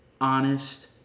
honest